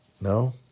No